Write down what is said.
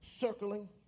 circling